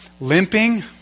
Limping